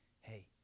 hey